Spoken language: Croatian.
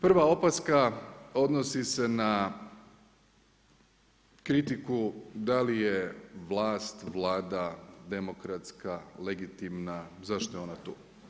Prva opaska odnosi se na kritiku da li je vlast, Vlada demokratska, legitimna, zašto je ona tu.